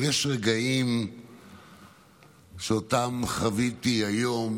אבל יש רגעים שאותם חוויתי היום